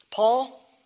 Paul